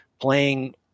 playing